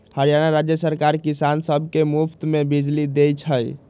हरियाणा राज्य सरकार किसान सब के मुफ्त में बिजली देई छई